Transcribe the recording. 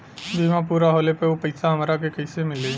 बीमा पूरा होले पर उ पैसा हमरा के कईसे मिली?